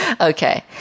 okay